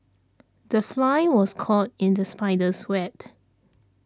the fly was caught in the spider's web